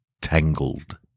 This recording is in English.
tangled